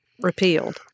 repealed